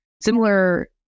Similar